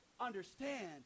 understand